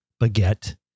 baguette